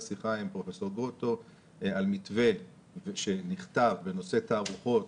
שיחה עם פרופ' גרוטו על מתווה שנכתב בנושא תערוכות,